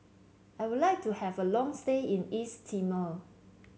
I would like to have a long stay in East Timor